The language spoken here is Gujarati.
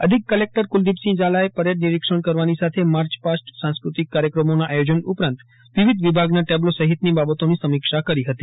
અધિક કલેકટર કુલદીપસિંહ ઝાલાએ પરેડ નિરીક્ષણ કરવાની સાથે માર્ચપાસ્ટા સાંસ્ક્રાતિક કાર્યક્રમોનાં આયોજન ઉપરાંત વિવિધ વિભાગના ટેબ્લો સહિતની બાબતોની સમીક્ષા કરી હતી